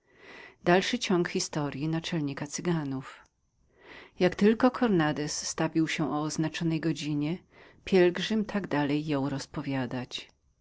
że jak tylko cornandez stawił się o naznaczonej godzinie pielgrzym tak dalej jął mu rozpowiadać